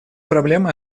проблемой